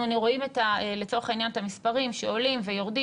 רואים לצורך העניין את המספרים שעולים ויורדים,